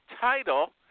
title